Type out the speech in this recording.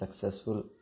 successful